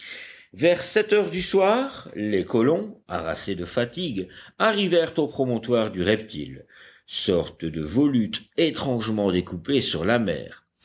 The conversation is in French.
vers sept heures du soir les colons harassés de fatigue arrivèrent au promontoire du reptile sorte de volute étrangement découpée sur la mer